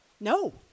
No